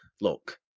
Look